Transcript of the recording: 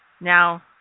Now